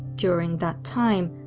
during that time,